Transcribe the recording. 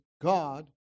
God